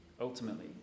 ultimately